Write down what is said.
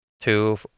Two